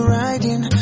riding